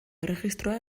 erregistroa